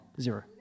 zero